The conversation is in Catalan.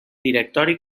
directori